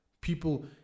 People